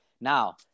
now